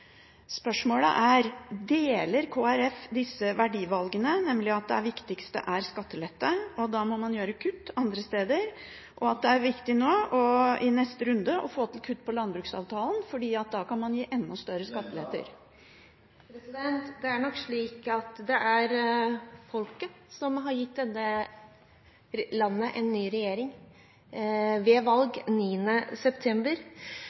Spørsmålet er: Deler Kristelig Folkeparti disse verdivalgene, nemlig at det viktigste er skattelette, og da må man gjøre kutt andre steder, og at det er viktig i neste runde å få til kutt i jordbruksavtalen, for da kan man gi enda større skatteletter? Det er nok slik at det er folket som har gitt landet en ny regjering ved valg 9. september.